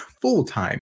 full-time